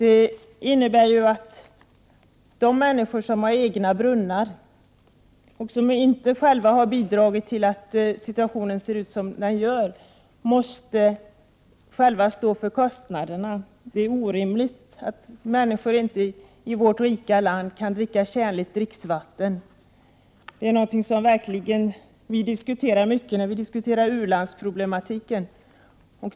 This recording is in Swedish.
Detta innebär att de människor som har egna brunnar, och alltså inte själva har bidragit till att situationen ser ut som den gör, ändå själva måste stå för kostnaderna om de vill åtgärda försurningen. Det är orimligt att människor i vårt rika land inte kan dricka tjänligt vatten. Detta är en fråga som ofta berörs i samband med att vi diskuterar u-landsproblematiken.